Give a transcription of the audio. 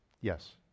yes